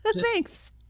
thanks